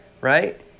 right